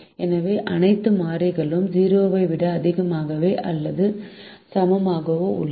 எனவே அனைத்து 4 மாறிகளும் 0 ஐ விட அதிகமாகவோ அல்லது சமமாகவோ உள்ளன